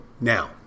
Now